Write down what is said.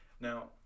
Now